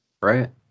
Right